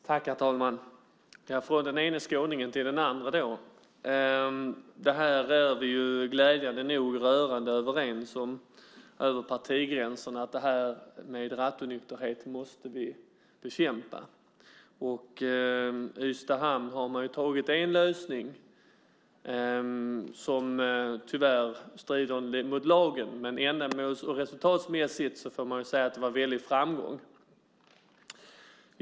Herr talman! Från den ene skåningen till den andre, då. Glädjande nog är vi rörande överens över partigränserna om att vi måste bekämpa rattonykterhet. I Ystad hamn har man ju genomfört en lösning, som tyvärr strider mot lagen. Men resultatmässigt får man säga att den var en väldig framgång.